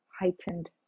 heightened